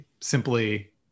simply